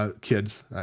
kids